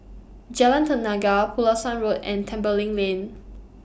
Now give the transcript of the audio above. Jalan Tenaga Pulasan Road and Tembeling Lane